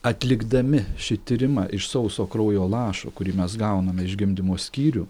atlikdami šį tyrimą iš sauso kraujo lašo kurį mes gauname iš gimdymo skyrių